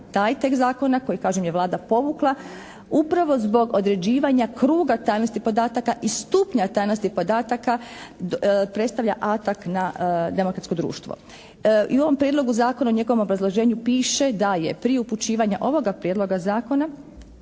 taj tekst zakona koji kažem je Vlada povukla upravo zbog određivanja kruga tajnosti podataka i stupnja tajnosti podataka predstavlja atak na demokratsko društvo. I u ovom prijedlogu zakonu u njegovom obrazloženju piše da je prije upućivanja ovoga prijedloga zakona